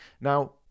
Now